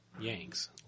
Yanks